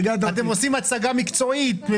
אתם עושים הצגה מקצועית.